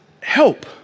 help